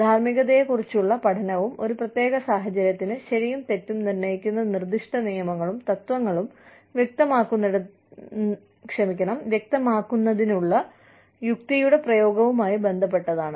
ധാർമ്മികതയെക്കുറിച്ചുള്ള പഠനവും ഒരു പ്രത്യേക സാഹചര്യത്തിന് ശരിയും തെറ്റും നിർണ്ണയിക്കുന്ന നിർദ്ദിഷ്ട നിയമങ്ങളും തത്വങ്ങളും വ്യക്തമാക്കുന്നതിനുള്ള യുക്തിയുടെ പ്രയോഗവുമായി ബന്ധപ്പെട്ടതാണ്